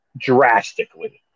drastically